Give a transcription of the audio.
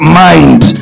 mind